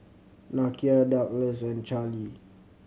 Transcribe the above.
Nakia Douglas and Charlee